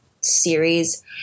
series